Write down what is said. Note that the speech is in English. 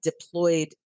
deployed